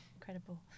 incredible